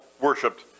worshipped